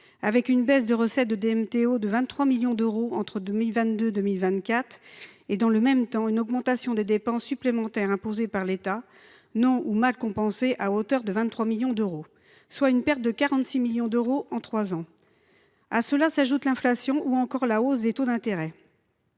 à titre onéreux (DMTO) de 23 millions d’euros entre 2022 et 2024 et, dans le même temps, une augmentation des dépenses supplémentaires imposées par l’État, non ou mal compensées, à hauteur de 23 millions d’euros, soit une perte de 46 millions d’euros en trois ans. À cela s’ajoutent l’inflation et la hausse des taux d’intérêt.